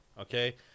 Okay